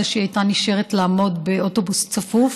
שהיא הייתה נשארת לעמוד באוטובוס צפוף,